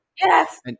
Yes